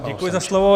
Děkuji za slovo.